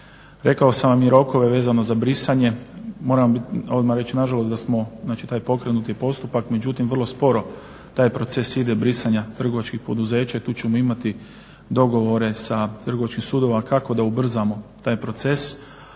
Rekao sam vam i rokove vezano za brisanje. Moram vam odmah reći, na žalost da smo znači taj pokrenuti postupak međutim vrlo sporo taj proces ide brisanja trgovačkih poduzeća i tu ćemo imati dogovore sa, trgovačkih sudova kako da ubrzamo taj proces